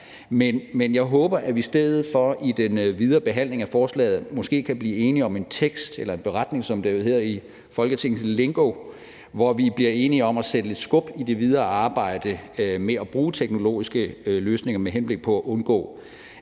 Men jeg håber, at vi i stedet for i den videre behandling af forslaget måske kan blive enige om en tekst eller en beretning, som det jo hedder i Folketingets lingo, hvor vi bliver enige om at sætte lidt skub i det videre arbejde med at bruge teknologiske løsninger med henblik på at undgå,